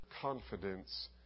confidence